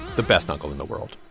the best uncle in the world